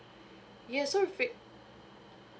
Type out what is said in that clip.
yeuh so with re~